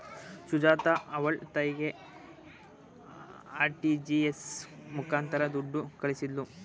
ಸುಜಾತ ಅವ್ಳ ತಾಯಿಗೆ ಆರ್.ಟಿ.ಜಿ.ಎಸ್ ಮುಖಾಂತರ ದುಡ್ಡು ಕಳಿಸಿದ್ಲು